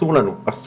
אסור לנו להתייחס.